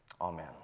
Amen